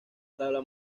tabla